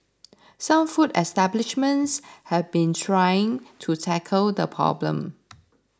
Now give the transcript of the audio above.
some food establishments have been trying to tackle the problem